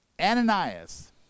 Ananias